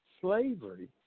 slavery